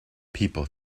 people